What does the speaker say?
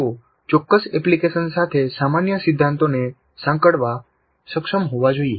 તેઓ ચોક્કસ એપ્લિકેશન સાથે સામાન્ય સિદ્ધાંતોને સાંકળવા સક્ષમ હોવા જોઈએ